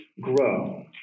grow